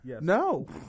No